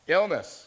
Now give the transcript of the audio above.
Illness